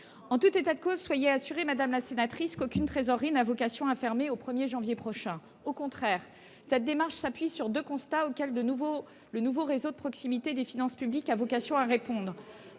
et Barbazan-Debat. Soyez assurée qu'aucune trésorerie n'a vocation à fermer au 1 janvier prochain, bien au contraire. Cette démarche s'appuie sur deux constats auxquels le nouveau réseau de proximité des finances publiques a vocation à répondre